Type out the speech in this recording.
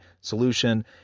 solution